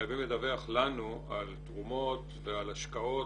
חייבים לדווח לנו על תרומות ועל השקעות,